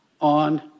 on